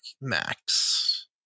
Max